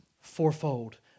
fourfold